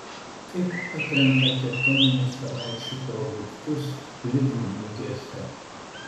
kaip atrenkate teminių savaičių produktus lidl mugėse